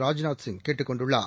ராஜ்நாத் சிங் கேட்டுக் கொண்டுள்ளார்